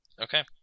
Okay